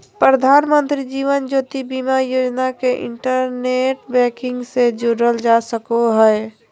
प्रधानमंत्री जीवन ज्योति बीमा योजना के इंटरनेट बैंकिंग से जोड़ल जा सको हय